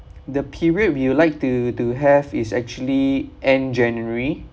the period we would like to to have is actually end january